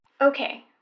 Okay